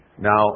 Now